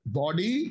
body